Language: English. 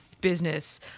business